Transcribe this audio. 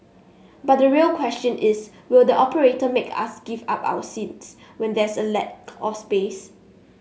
but the real question is will the operator make us give up our seats when there's a lack of space